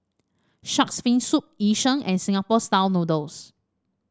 shark's fin soup Yu Sheng and Singapore style noodles